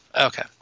Okay